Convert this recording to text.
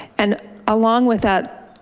and along with that,